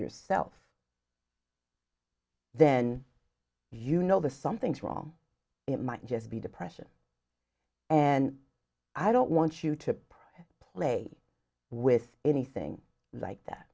yourself then you know the something's wrong it might just be depression and i don't want you to press play with anything like that